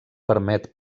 permet